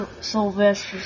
Sylvester